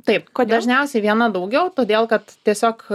taip dažniausiai viena daugiau todėl kad tiesiog